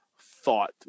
thought